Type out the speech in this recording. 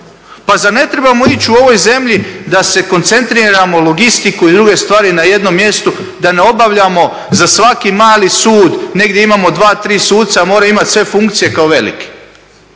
Pa zar ne trebamo ići u ovoj zemlji da se koncentriramo logistiku i druge stvari na jednom mjestu da ne obavljamo za svaki mali sud, negdje imamo dva, tri suca, a moraju imati sve funkcije kao veliki.